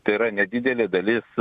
tėra nedidelė dalis